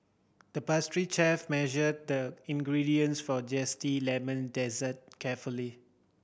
the pastry chef measured the ingredients for a zesty lemon dessert carefully